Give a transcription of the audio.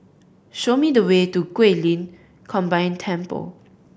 show me the way to Guilin Combined Temple